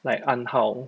like 暗号